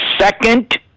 second